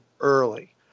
early